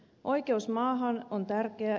oikeus maahan on tärkeää